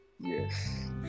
yes